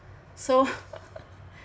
so